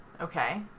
Okay